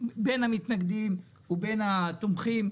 בין אם על ידי מתנגדים ובין אם על ידי תומכים,